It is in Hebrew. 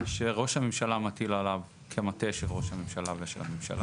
שראש הממשלה מטיל עליו כמטה של ראש הממשלה ושל הממשלה.